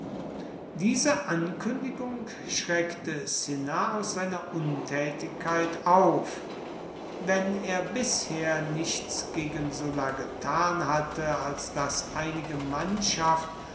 diese ankündigung schreckte cinna aus seiner untätigkeit auf wenn er bisher nichts gegen sulla getan hatte als daß einige mannschaft